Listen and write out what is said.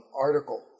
article